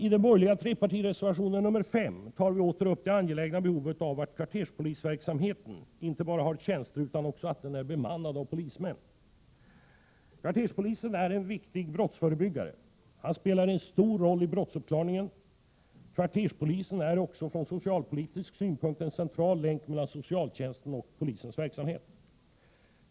I den borgerliga trepartireservationen 5 tar vi åter upp det angelägna behovet av att kvarterspolisverksamheten inte bara har tjänster utan att den också är bemannad med polismän. Kvarterspolisen är en viktig brottsförebyggare, och han spelar en stor roll i brottsuppklarningen. Kvarterspolisen är också från socialpolitisk synpunkt en central länk mellan socialtjänsten och polisens verksamhet.